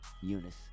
Eunice